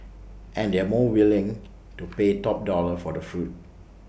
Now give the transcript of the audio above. and they are more willing to pay top dollar for the fruit